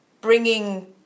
bringing